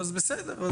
אז בסדר,